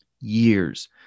Years